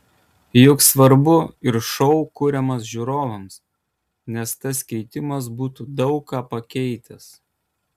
juk svarbu ir šou kuriamas žiūrovams nes tas keitimas būtų daug ką pakeitęs